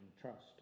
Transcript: trust